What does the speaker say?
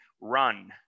run